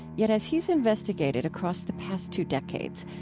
yet, as he's investigated across the past two decades,